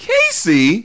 Casey